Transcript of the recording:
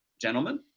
gentlemen